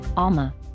ALMA